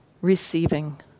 receiving